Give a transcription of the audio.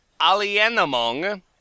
Alienamong